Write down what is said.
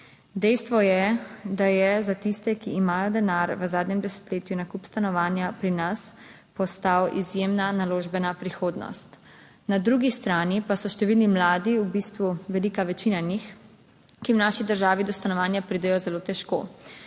Dejstvo je, da je za tiste, ki imajo denar, v zadnjem desetletju nakup stanovanja pri nas postal izjemna naložbena prihodnost. Na drugi strani pa so številni mladi, v bistvu velika večina njih, ki v naši državi do stanovanja pridejo zelo težko.